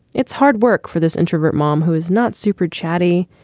it's hard work for this introvert mom who is not super chatty,